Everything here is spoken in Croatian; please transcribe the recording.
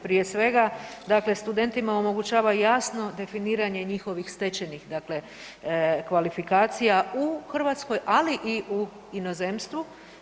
Prije svega dakle studentima omogućava jasno definiranje njihovih stečenih dakle kvalifikacija u Hrvatskoj, ali i u inozemstvu.